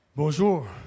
Bonjour